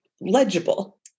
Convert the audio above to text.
legible